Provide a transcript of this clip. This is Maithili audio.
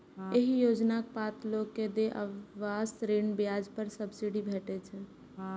एहि योजनाक पात्र लोग कें देय आवास ऋण ब्याज पर सब्सिडी भेटै छै